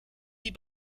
die